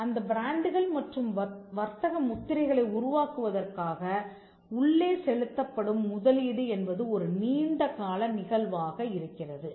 அந்த பிராண்டுகள் மற்றும் வர்த்தக முத்திரைகளை உருவாக்குவதற்காக உள்ளே செலுத்தப்படும் முதலீடு என்பது ஒரு நீண்டகால நிகழ்வாக இருக்கிறது